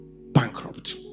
Bankrupt